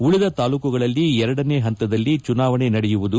ಉಳಿದ ತಾಲೂಕುಗಳಲ್ಲಿ ಎರಡನೇ ಪಂತದಲ್ಲಿ ಚುನಾವಣೆ ನಡೆಯಲಿದೆ